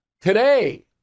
Today